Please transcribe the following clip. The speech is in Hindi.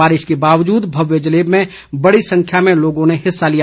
बारिश के बावजुद भव्य जलेब में बडी संख्या में लोगों ने हिस्सा लिया